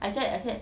I said I said